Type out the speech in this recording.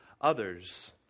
others